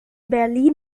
berlin